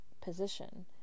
position